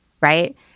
right